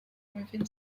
within